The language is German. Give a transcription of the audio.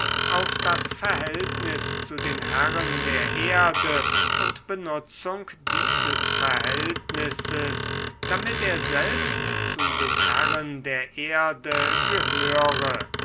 auf das verhältnis zu den herren der erde und benutzung dieses verhältnisses damit er selbst zu den herren der erde gehöre